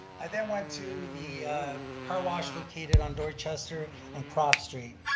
i then went to the car wash located on dorchester and crop street.